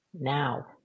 now